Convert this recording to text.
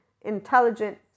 intelligent